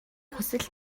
хүсэл